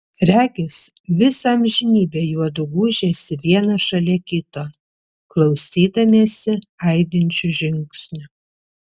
regis visą amžinybę juodu gūžėsi vienas šalia kito klausydamiesi aidinčių žingsnių